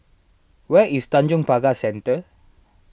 where is Tanjong Pagar Centre